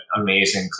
amazing